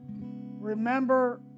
Remember